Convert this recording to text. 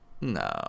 No